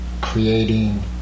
creating